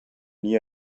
nie